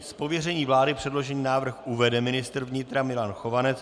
Z pověření vlády předložený návrh uvede ministr vnitra Milan Chovanec.